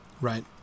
right